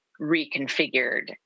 reconfigured